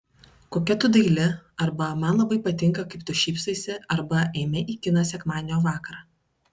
kokia tu daili arba man labai patinka kaip tu šypsaisi arba eime į kiną sekmadienio vakarą